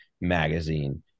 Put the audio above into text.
magazine